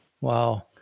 Wow